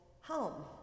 home